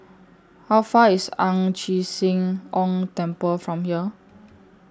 How Far IS Ang Chee Sia Ong Temple from here